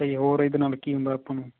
ਅੱਛਾ ਜੀ ਹੋਰ ਇਹਦੇ ਨਾਲ ਕੀ ਹੁੰਦਾ ਆਪਾਂ ਨੂੰ